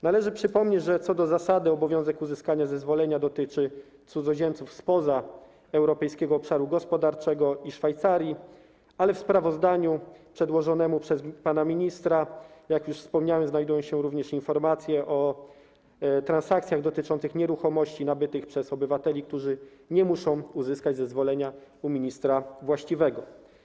Należy przypomnieć, że co do zasady obowiązek uzyskania zezwolenia dotyczy cudzoziemców spoza Europejskiego Obszaru Gospodarczego i Szwajcarii, ale w sprawozdaniu przedłożonym przez pana ministra, jak już wspomniałem, znalazły się również informacje o transakcjach dotyczących nieruchomości nabytych przez obywateli, którzy nie muszą uzyskać zezwolenia u ministra właściwego.